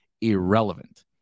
irrelevant